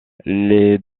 les